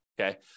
Okay